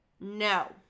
No